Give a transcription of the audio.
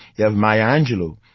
you have maya angelou.